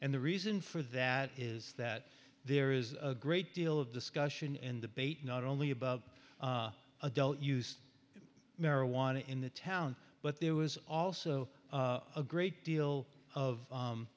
and the reason for that is that there is a great deal of discussion and debate not only about adult used marijuana in the town but there was also a great deal of